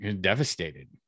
devastated